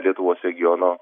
lietuvos regiono